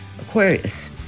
Aquarius